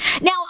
Now